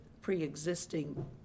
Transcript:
pre-existing